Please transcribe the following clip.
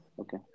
okay